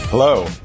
Hello